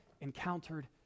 encountered